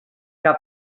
que